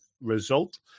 result